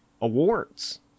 awards